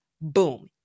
Boom